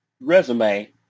resume